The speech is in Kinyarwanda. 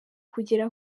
kugera